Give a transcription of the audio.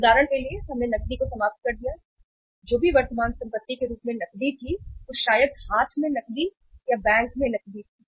उदाहरण के लिए हमने नकदी को समाप्त कर दिया जो भी वर्तमान संपत्ति के रूप में नकदी थी वह शायद हाथ में नकदी या बैंक में नकदी थी